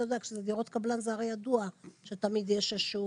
כשזה דירות קבלן זה ידוע שתמיד יש איזה שהוא